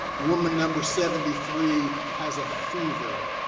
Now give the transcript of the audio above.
woman number seventy three has a fever.